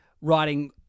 writing